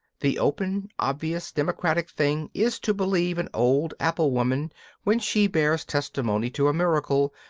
the open, obvious, democratic thing is to believe an old apple-woman when she bears testimony to a miracle,